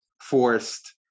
forced